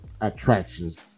attractions